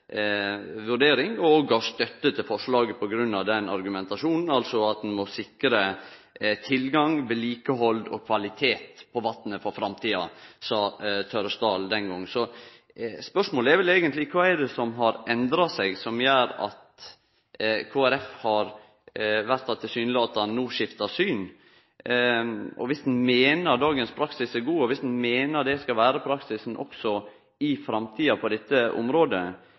vurdering, og ho gav støtte til forslaget på grunn av den argumentasjonen, altså at ein må sikre tilgang til, vedlikehald av og kvalitet på vatnet for framtida, som Tørresdal sa den gongen. Spørsmålet er vel eigentleg: Kva er det som har endra seg som gjer at Kristeleg Folkeparti i alle fall tilsynelatande no har skifta syn? Viss ein meiner dagens praksis er god, og viss ein meiner at det skal vere praksisen også i framtida på dette